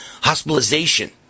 hospitalization